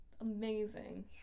Amazing